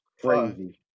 crazy